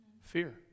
Fear